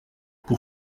pour